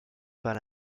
par